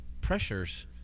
pressures